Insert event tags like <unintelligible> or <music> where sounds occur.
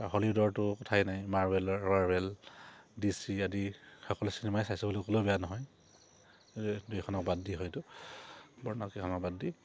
হলিউডৰটো কথাই নাই মাৰভেলৰ <unintelligible> D C আদি সকলো চিনেমাই চাইছে বুলি ক'লেও বেয়া নহয় দুই এখনক বাদ দি হয়তো <unintelligible> কেইখনক বাদ দি